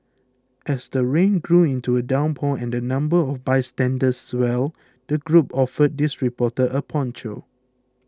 as the rain grew into a downpour and the number of bystanders swelled the group offered this reporter a poncho